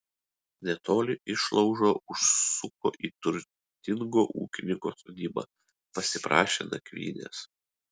netoli išlaužo užsuko į turtingo ūkininko sodybą pasiprašė nakvynės